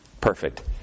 perfect